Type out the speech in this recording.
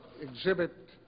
Exhibit